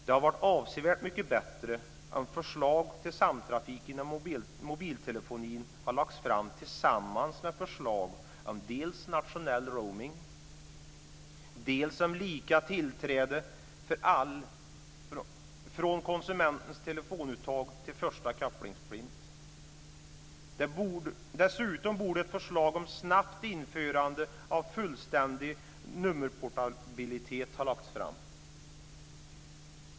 Det hade varit avsevärt mycket bättre om förslag till samtrafik inom mobiltelefonin hade lagts fram tillsammans med förslag om dels nationell roaming, dels om lika tillträde för alla från konsumentens telefonuttag till första kopplingsplint. Dessutom borde ett förslag om snabbt införande av fullständig nummerportabilitet ha lagts fram.